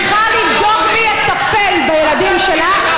וצריכה לדאוג מי יטפל בילדים שלה.